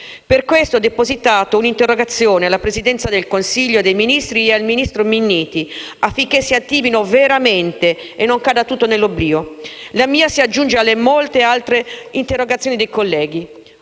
Per questo ho depositato un'interrogazione alla Presidenza del Consiglio dei Ministri e al ministro Minniti, affinché si attivino veramente e non cada tutto nell'oblio. La mia si aggiunge alle molte altre interrogazioni dei colleghi.